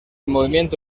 movimiento